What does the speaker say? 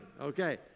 Okay